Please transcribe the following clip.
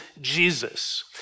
Jesus